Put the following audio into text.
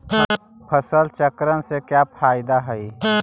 फसल चक्रण से का फ़ायदा हई?